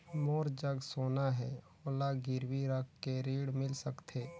मोर जग सोना है ओला गिरवी रख के ऋण मिल सकथे?